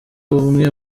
bumwe